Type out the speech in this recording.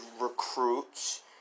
recruits